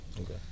Okay